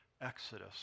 Exodus